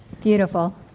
Beautiful